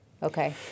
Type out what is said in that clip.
Okay